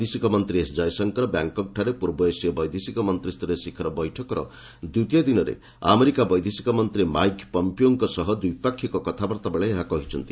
ବୈଦେଶିକ ମନ୍ତ୍ରୀ ଏସ୍ ଜୟଶଙ୍କର ବ୍ୟାଙ୍କକକ୍ଠାରେ ପୂର୍ବ ଏସିଆ ବୈଦେଶିକ ମନ୍ତ୍ରୀୟ ଶୀଖର ବୈଠକର ଦ୍ୱିତୀୟ ଦିନରେ ଆମେରିକା ବୈଦେଶିକ ମନ୍ତ୍ରୀ ମାଇକ୍ ପମ୍ପିଓଙ୍କ ସହ ଦ୍ୱିପାକ୍ଷିକ କଥାବାର୍ତ୍ତା ବେଳେ ଏହା କହିଛନ୍ତି